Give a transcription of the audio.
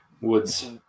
Woods